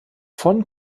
von